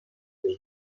des